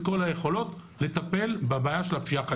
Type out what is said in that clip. כל היכולות לטפל בבעיה של הפשיעה החקלאית.